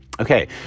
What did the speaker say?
Okay